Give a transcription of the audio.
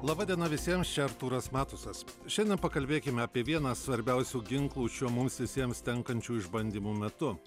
laba diena visiems čia artūras matusas šiandien pakalbėkime apie vieną svarbiausių ginklų šiuo mums visiems tenkančių išbandymų metu